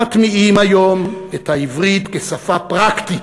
מטמיעים היום את העברית כשפה פרקטית,